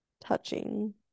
touching